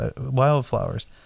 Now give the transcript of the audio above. wildflowers